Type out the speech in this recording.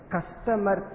Customer